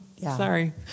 sorry